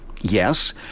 yes